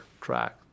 track